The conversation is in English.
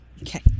Okay